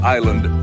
Island